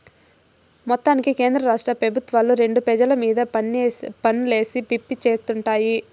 మొత్తానికి కేంద్రరాష్ట్ర పెబుత్వాలు రెండు పెజల మీద పన్నులేసి పిప్పి చేత్తుండాయి